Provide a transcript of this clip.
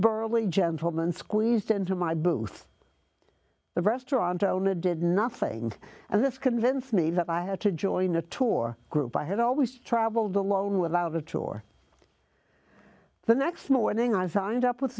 burly gentleman squeezed into my booth the restaurant owner did nothing and that's convinced me that i had to join the tour group i had always travelled alone without a tour the next morning i found up with